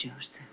Joseph